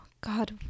God